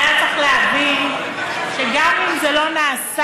את בן-אדם שהיה צריך להבין שגם אם זה לא נעשה,